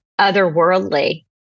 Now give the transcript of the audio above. otherworldly